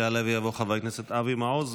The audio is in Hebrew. יעלה ויבוא חבר הכנסת אבי מעוז,